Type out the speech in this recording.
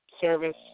service